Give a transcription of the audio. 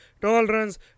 tolerance